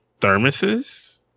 thermoses